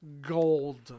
Gold